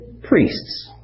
Priests